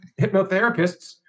hypnotherapists